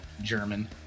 German